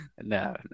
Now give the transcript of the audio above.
no